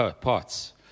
parts